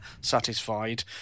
satisfied